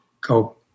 go